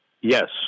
yes